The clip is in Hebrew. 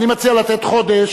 אני מציע לתת חודש,